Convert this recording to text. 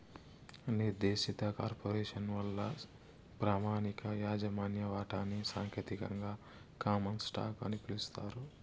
నిర్దేశిత కార్పొరేసను వల్ల ప్రామాణిక యాజమాన్య వాటాని సాంకేతికంగా కామన్ స్టాకు అని పిలుస్తారు